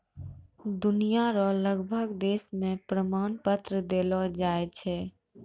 दुनिया रो लगभग देश मे प्रमाण पत्र देलो जाय छै